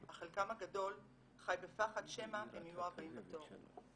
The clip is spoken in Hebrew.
אך חלקם הגדול חי בפחד שמא הם יהיו הבאים בתור.